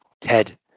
Ted